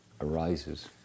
arises